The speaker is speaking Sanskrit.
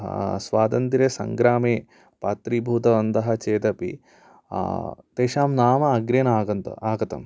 स्वातन्त्रसङ्ग्रामे पात्रीभूतवन्तः चेदपि तेषां नाम अग्रे न आगतम्